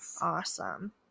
Awesome